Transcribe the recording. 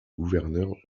gouverneur